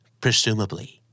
presumably